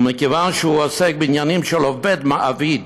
ומכיוון שהוא עוסק בעניינים של עובד מעביד,